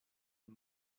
and